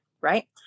right